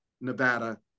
Nevada